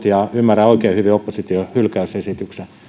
ja ymmärrän oikein hyvin opposition hylkäysesityksen